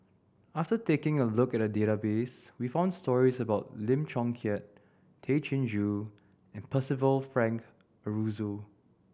after taking a look at the database we found stories about Lim Chong Keat Tay Chin Joo and Percival Frank Aroozoo